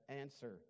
answer